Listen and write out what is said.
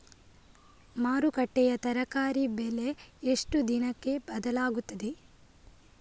ಮಾರುಕಟ್ಟೆಯ ತರಕಾರಿ ಬೆಲೆ ಎಷ್ಟು ದಿನಕ್ಕೆ ಬದಲಾಗುತ್ತದೆ?